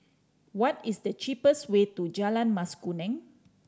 what is the cheapest way to Jalan Mas Kuning